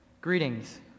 Greetings